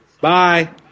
Bye